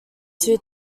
two